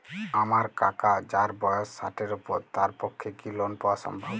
আমার কাকা যাঁর বয়স ষাটের উপর তাঁর পক্ষে কি লোন পাওয়া সম্ভব?